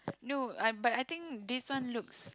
no I but I think this one looks